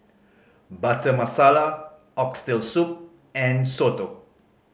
Butter Masala Oxtail Soup and soto